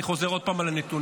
ואני חוזר עוד פעם על הנתונים: